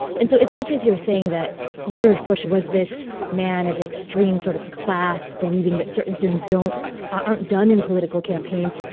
and so as much as you're saying that george bush was this man of extreme sort of class, believing that certain things don't aren't done in political campaigns,